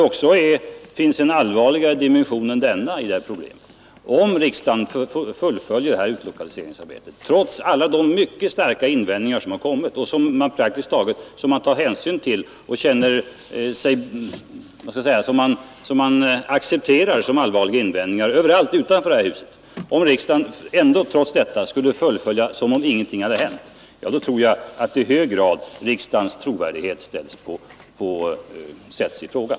Om riksdagen fullföljer detta utlokaliseringsarbete som om ingenting hänt trots alla de mycket starka invändningar som gjorts och som man överallt utanför detta hus accepterar såsom allvarliga invändningar, kommer riksdagens trovärdighet i hög grad att ifrågasättas.